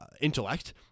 intellect